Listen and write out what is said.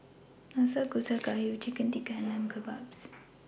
Nanakusa Gayu Chicken Tikka and Lamb Kebabs